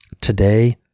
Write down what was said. Today